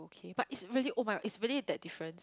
okay but it's really [oh]-my-god it's really that difference